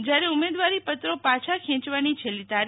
જ્યારે ઉમેદવારી પત્રો પાછા ખેંચવાની છેલ્લી તા